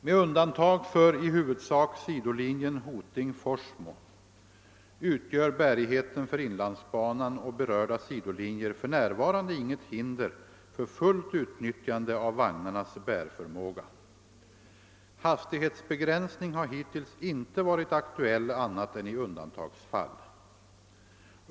Med undantag för i huvudsak sidolinjen Hoting—Forsmo utgör bärigheten för inlandsbanan och berörda sidolinjer för närvarande inget hinder för fullt utnyttjande av vagnarnas bärförmåga. Hastighetsbegränsning har hittills inte varit aktuell annat än i undantagsfall.